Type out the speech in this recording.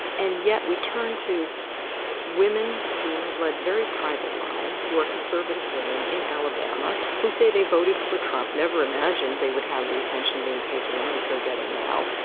and yet we turn to women who have led very private lives, who are conservative women in alabama who say they voted for trump never imagined they would have the attention being paid to them as they're getting now.